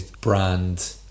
brand